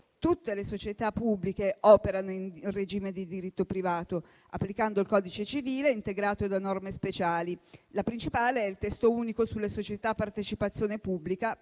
Tutte le società pubbliche operano in regime di diritto privato, applicando il codice civile integrato da norme speciali. La principale è il testo unico sulle società a partecipazione pubblica